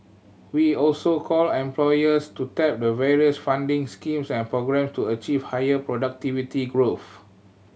we also call employers to tap the various funding schemes and programme to achieve higher productivity growth